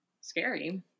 Scary